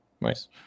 Nice